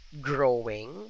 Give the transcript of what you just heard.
growing